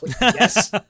Yes